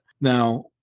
Now